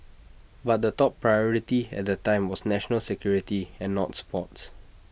but the top priority at that time was national security and not sports